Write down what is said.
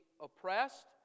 oppressed